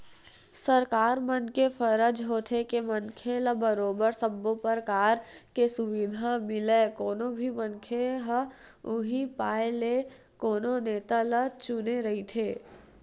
सरकार मन के फरज होथे के मनखे ल बरोबर सब्बो परकार के सुबिधा मिलय कोनो भी मनखे ह उहीं पाय के कोनो नेता ल चुने रहिथे